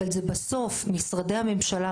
אבל זה בסוף משרדי הממשלה,